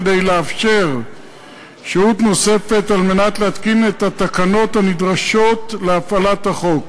כדי לאפשר שהות נוספת על מנת להתקין את התקנות הנדרשות להפעלת החוק,